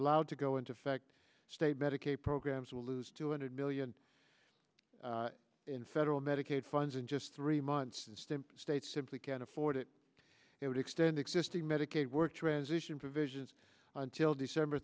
allowed to go into effect state medicaid programs will lose two hundred million in federal medicaid funds in just three months and stamp states simply can't afford it it would extend existing medicaid work transition provisions until december